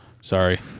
Sorry